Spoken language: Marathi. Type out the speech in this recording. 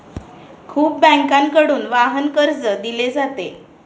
खूप बँकांकडून वाहन कर्ज दिले जाते